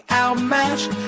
outmatched